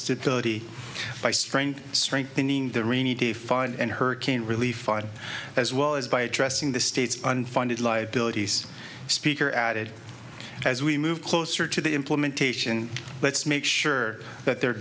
stability by strained strengthening the rainy day fund and hurricane relief as well as by addressing the state's unfunded liabilities speaker added as we move closer to the implementation let's make sure that they're